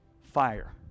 fire